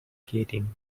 skating